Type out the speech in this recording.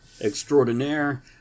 extraordinaire